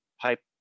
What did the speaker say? pipe